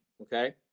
okay